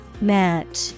Match